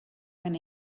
when